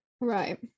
right